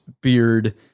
beard